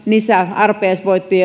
arpajaisvoittoja